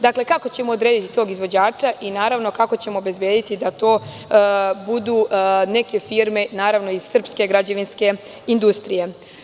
Dakle, kako ćemo odrediti tog izvođača i naravno kako ćemo obezbediti da to budu neke firme, naravno iz srpske građevinske industrije?